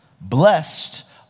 Blessed